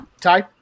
Ty